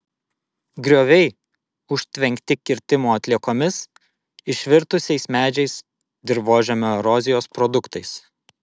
grioviai užtvenkti kirtimo atliekomis išvirtusiais medžiais dirvožemio erozijos produktais